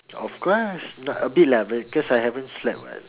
of course not a bit lah cause I haven't slept [what]